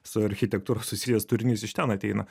su architektūra susijęs turinys iš ten ateina